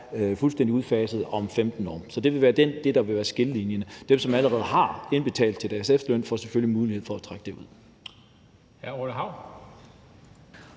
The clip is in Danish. efterlønnen – om 15 år. Så det vil være det, der vil være skillelinjen. Dem, som allerede har indbetalt til deres efterløn, får selvfølgelig mulighed for at trække det ud.